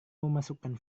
memasukkan